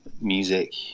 music